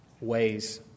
ways